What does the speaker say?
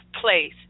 place